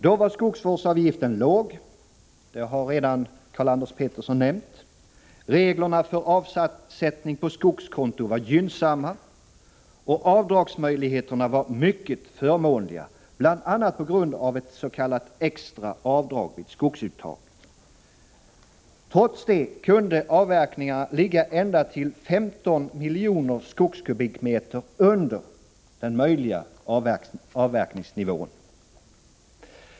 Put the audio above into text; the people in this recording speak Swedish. Då var skogsvårdsavgiften låg, det har Karl-Anders Petersson redan nämnt, reglerna för avsättning på skogskonto var gynnsamma och avdragsmöjligheterna var mycket förmånliga, bl.a. på grund av ett s.k. extra avdrag vid skogsuttag. Trots detta kunde avverkningarna ligga ända till 15 miljoner skogskubikmeter under den möjliga avverkningsnivån.